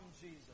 Jesus